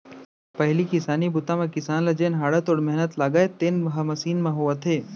पहिली किसानी बूता म किसान ल जेन हाड़ा तोड़ मेहनत लागय तेन ह मसीन म होवत हे